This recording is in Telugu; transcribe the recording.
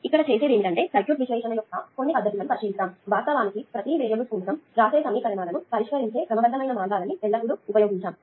ఇక్కడ చేసేది ఏమిటంటే సర్క్యూట్ విశ్లేషణ యొక్క కొన్ని పద్ధతులను పరిశీలిస్తాము ఇప్పుడు వాస్తవానికి ప్రతి వేరియబుల్స్ కోసం వ్రాసే సమీకరణాలను పరిష్కరించే క్రమబద్ధమైన మార్గాన్ని ఎల్లప్పుడూ ఉపయోగించము